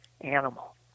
animal